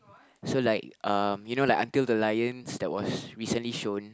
so like um you know Until the Lions that was recently shown